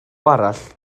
arall